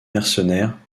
mercenaire